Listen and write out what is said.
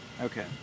Okay